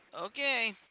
Okay